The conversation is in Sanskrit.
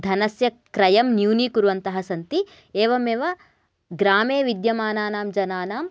धनस्य क्रयं न्यूनीकुर्वन्तः सन्ति एवमेव ग्रामे विद्यमानानां जनानां